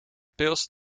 pils